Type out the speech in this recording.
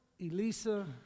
Elisa